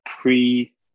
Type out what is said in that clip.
pre